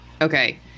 Okay